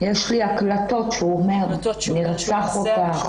יש לי הקלטות שהוא אומר שהוא ירצח אותי.